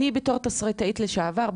בתור תסריטאית לשעבר,